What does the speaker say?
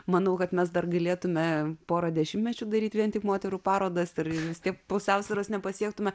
manau kad mes dar galėtume porą dešimtmečių daryti vien tik moterų parodas ir vis tiek pusiausvyros nepasiektume